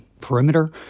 perimeter